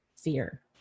fear